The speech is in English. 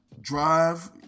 drive